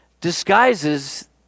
disguises